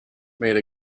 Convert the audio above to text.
made